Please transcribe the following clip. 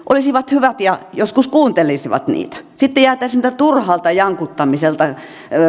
olisivat hyvät ja joskus kuuntelisivat niitä sitten jäätäisiin tältä turhalta jankuttamiselta